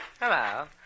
Hello